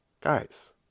Guys